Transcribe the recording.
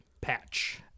Patch